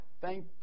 Thank